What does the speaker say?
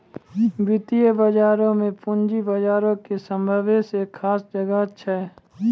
वित्तीय बजारो मे पूंजी बजारो के सभ्भे से खास जगह छै